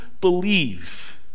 believe